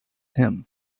him